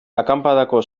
akanpadako